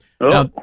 now